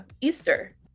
Easter